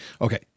Okay